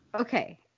okay